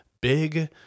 big